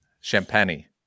Champagne